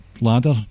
ladder